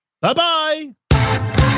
Bye-bye